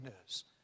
news